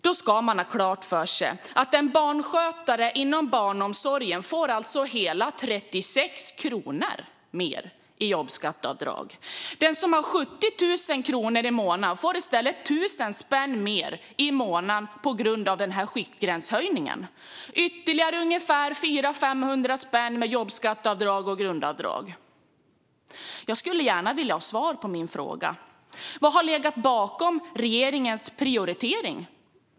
Då ska man ha klart för sig att en barnskötare inom barnomsorgen alltså får hela 36 kronor mer i jobbskatteavdrag - medan den som tjänar 70 000 kronor i månaden i stället får 1 000 spänn mer per månad på grund av skiktgränshöjningen, och ytterligare 400-500 spänn med jobbskatteavdrag och grundavdrag. Jag skulle gärna vilja ha svar på min fråga. Vad har legat bakom regeringens prioritering?